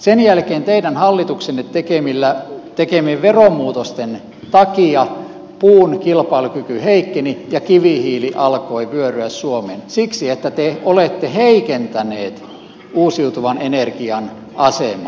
sen jälkeen teidän hallituksenne tekemien veromuutosten takia puun kilpailukyky heikkeni ja kivihiili alkoi vyöryä suomeen siksi että te olette heikentäneet uusiutuvan energian asemaa